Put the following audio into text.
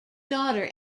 daughter